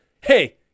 Hey